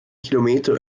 kilometer